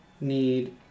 need